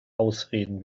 ausreden